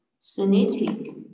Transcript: Suniti